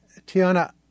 Tiana